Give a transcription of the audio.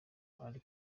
uri